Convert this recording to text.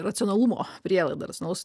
racionalumo prielaida racionalaus